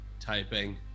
typing